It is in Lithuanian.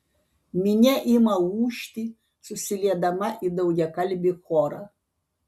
minia ima ūžti susiliedama į daugiakalbį chorą